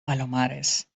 palomares